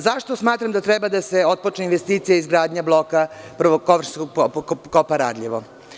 Zašto smatramo da treba da se otpočne investicija izgradnje bloka prvog površinskog kopa Radljevo?